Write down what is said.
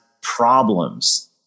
problems